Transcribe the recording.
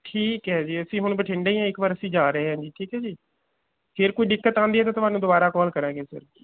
ਠੀਕ ਹੈ ਜੀ ਅਸੀਂ ਹੁਣ ਬਠਿੰਡੇ ਹੀ ਆ ਇੱਕ ਵਾਰ ਅਸੀਂ ਜਾ ਰਹੇ ਹੈ ਜੀ ਠੀਕ ਹੈ ਜੀ ਫਿਰ ਕੋਈ ਦਿੱਕਤ ਆਉਂਦੀ ਹੈ ਤਾਂ ਤੁਹਾਨੂੰ ਦੁਬਾਰਾ ਕਾਲ ਕਰਾਂਗੇ ਸਰ